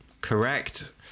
Correct